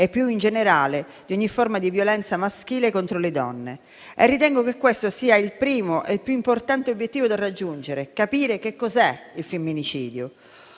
e, più in generale, di ogni forma di violenza maschile contro le donne. Ritengo che il primo e più importante obiettivo da raggiungere sia capire cos'è il femminicidio.